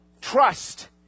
trust